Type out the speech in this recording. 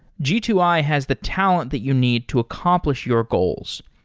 g two i has the talent that you need to accomplish your goals.